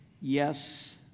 Yes